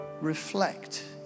reflect